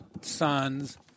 sons